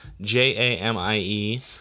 J-A-M-I-E